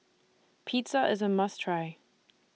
Pizza IS A must Try